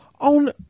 on